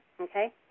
okay